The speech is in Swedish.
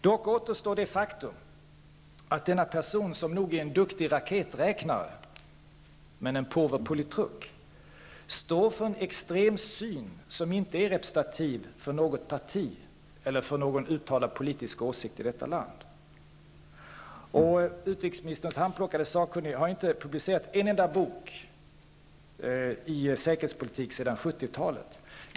Det återstår dock det faktum att denna person som nog är en duktig raketräknare, men en påver politruk, står för en extrem syn som inte är representativ för något parti eller för någon uttalad politisk åsikt i detta land. Utrikesministerns handplockade sakkunnige har inte presterat en enda bok om säkerhetspolitik sedan 70-talet.